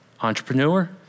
entrepreneur